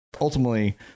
ultimately